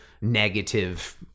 negative